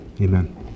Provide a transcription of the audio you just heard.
Amen